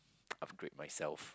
upgrade myself